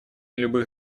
любых